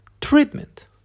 treatment